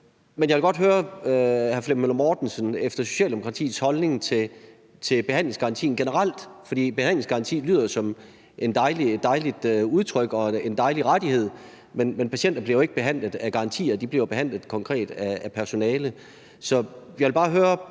Men jeg vil godt høre hr. Flemming Møller Mortensen om Socialdemokratiets holdning til behandlingsgarantien generelt, for behandlingsgaranti lyder som et dejligt udtryk og en dejlig rettighed, men patienter bliver jo ikke behandlet af garantier. De bliver jo konkret behandlet af personale. Så jeg vil bare høre